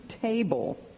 table